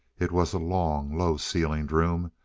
it was a long, low-ceilinged room,